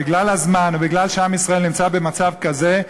בגלל הזמן ומפני שעם ישראל נמצא במצב כזה,